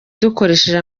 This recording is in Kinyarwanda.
dukoresheje